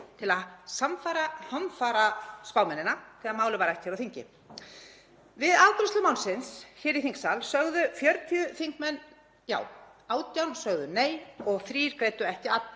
til að sannfæra hamfaraspámennina þegar málið var rætt hér á þingi. Við afgreiðslu málsins hér í þingsal sögðu 40 þingmenn já, 18 sögðu nei og þrír greiddu ekki